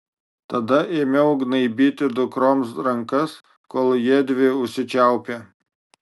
tada ėmiau gnaibyti dukroms rankas kol jiedvi užsičiaupė